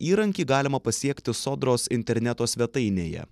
įrankį galima pasiekti sodros interneto svetainėje